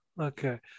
Okay